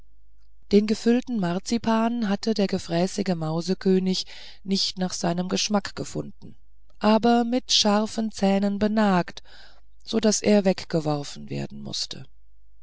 den gefüllten marzipan hatte der gefräßige mausekönig nicht nach seinem geschmack gefunden aber mit scharfen zähnen benagt so daß er weggeworfen werden mußte